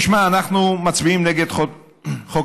תשמע, אנחנו מצביעים נגד חוק הוותמ"ל.